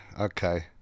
okay